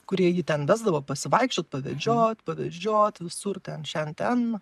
kurie jį ten vesdavo pasivaikščiot pavedžiot pavežiot visur ten šen ten